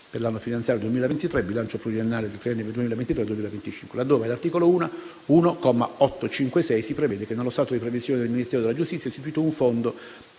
Grazie